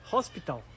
Hospital